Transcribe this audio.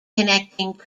connecting